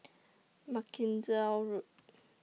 Mackenzie Road